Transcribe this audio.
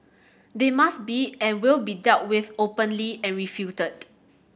they must be and will be dealt with openly and refuted